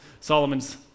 Solomon's